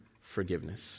forgiveness